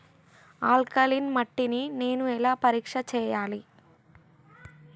Alkaline మట్టి ని నేను ఎలా పరీక్ష చేయాలి?